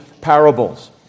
parables